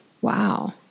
Wow